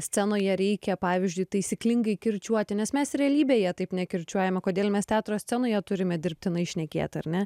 scenoje reikia pavyzdžiui taisyklingai kirčiuoti nes mes realybėje taip nekirčiuojame kodėl mes teatro scenoje turime dirbtinai šnekėt ar ne